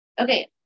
okay